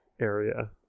area